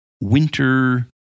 winter